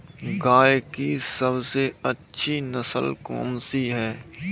गाय की सबसे अच्छी नस्ल कौनसी है?